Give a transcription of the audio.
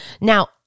Now